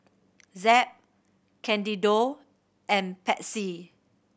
Zeb Candido and Patsy